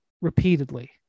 repeatedly